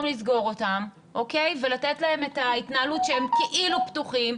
לסגור אותם ולתת להם את ההתנהלות שהם כאילו פתוחים.